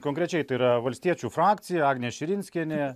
konkrečiai tai yra valstiečių frakcija agnė širinskienė